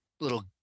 little